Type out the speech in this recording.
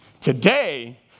Today